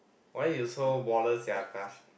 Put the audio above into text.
why you so baller sia Akash